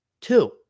Two